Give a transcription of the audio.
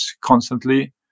constantly